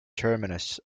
terminus